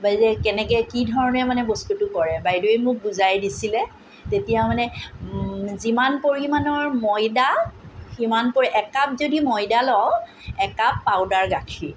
বাইদেউ কেনেকৈ কি ধৰণে মানে বস্তুটো কৰে বাইদেৱে মোক বুজাই দিছিলে তেতিয়া মানে যিমান পৰিমাণৰ ময়দা সিমান পৰিমাণৰ একাপ যদি ময়দা লওঁ একাপ পাউদাৰ গাখীৰ